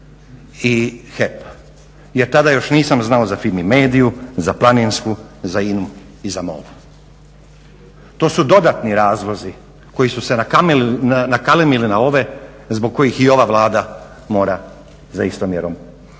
i HEP jer tada još nisam znao za FIMI MEDIA-u, za Planinsku, za INA-u i za MOL. To su dodatni razlozi koji su nakalemili na ove zbog kojih i ova Vlada mora za istom mjerom